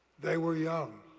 they were young,